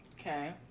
Okay